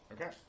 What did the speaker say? Okay